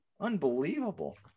Unbelievable